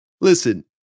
Listen